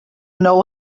know